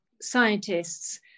scientists